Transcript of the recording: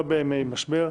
לא בימי משבר,